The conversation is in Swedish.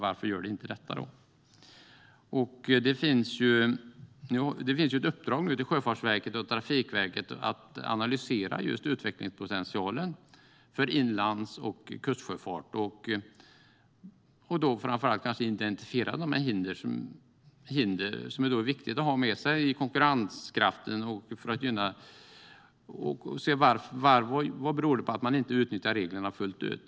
Varför inte det? Sjöfartsverket och Trafikverket har nu i uppdrag att analysera utvecklingspotentialen för inlands och kustsjöfart och kanske framför allt att identifiera hinder. När det gäller konkurrenskraften är det viktigt att titta på vad det beror på att man inte utnyttjar reglerna fullt ut.